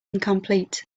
incomplete